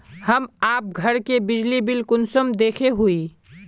हम आप घर के बिजली बिल कुंसम देखे हुई?